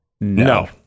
no